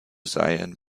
seien